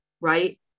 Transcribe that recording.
Right